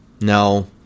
No